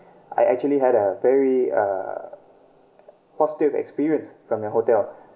I actually had a very uh positive experience from your hotel